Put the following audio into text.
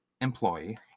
employee